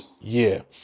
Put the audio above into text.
year